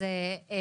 מעולה.